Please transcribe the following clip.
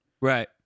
Right